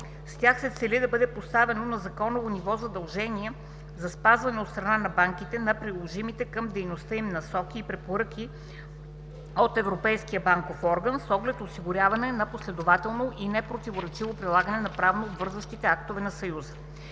С тях се цели да бъде поставено на законово ниво задължение за спазване от страна на банките на приложимите към дейността им насоки и препоръки на ЕБО с оглед осигуряване на последователно и непротиворечиво прилагане на правно обвързващите актове на Съюза.